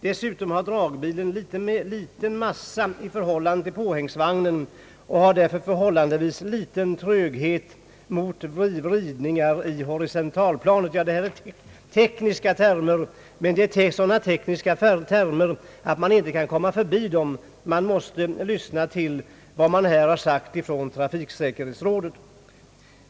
Dessutom har dragbilen liten massa i förhållande till påhängsvagnen och har därför förhållandevis liten tröghet mot vridningar i horisontalplanet.» Detta är, herr talman, tekniska termer, men det är sådana tekniska termer att man inte kan komma förbi dem. Man måste lyssna till vad som har sagts från trafiksäkerhetsrådet.